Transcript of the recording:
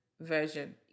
version